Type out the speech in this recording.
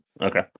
Okay